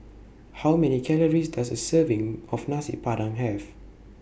How Many Calories Does A Serving of Nasi Padang Have